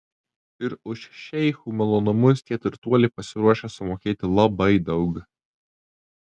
ir už šeichų malonumus tie turtuoliai pasiruošę sumokėti labai daug